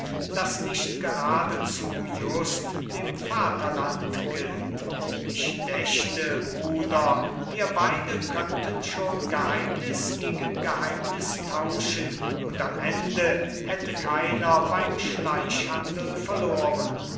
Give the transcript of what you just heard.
das nicht geradezu just dem vaterland gilt ich dächte bruder wir beide könnten schon geheimnis gegen geheimnis tauschen und am ende hätte keiner beim schleichhandel verloren